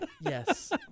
Yes